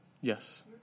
Yes